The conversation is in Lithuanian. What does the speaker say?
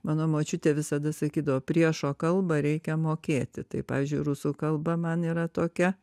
mano močiutė visada sakydavo priešo kalbą reikia mokėti tai pavyzdžiui rusų kalba man yra tokia